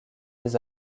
des